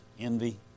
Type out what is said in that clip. envy